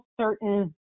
certain